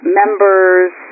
members